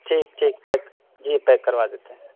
ٹھیک ٹھیک پیک جی پیک کروا دیتے ہیں